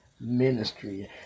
ministry